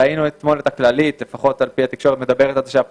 ראינו את הכללית אתמול מדברת על זה.